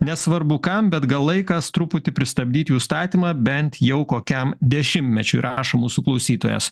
nesvarbu kam bet gal laikas truputį pristabdyt jų statymą bent jau kokiam dešimtmečiui rašo mūsų klausytojas